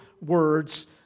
words